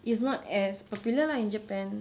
it's not as popular lah in japan